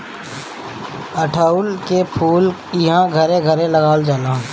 अढ़उल के फूल इहां घरे घरे लगावल जाला